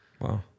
wow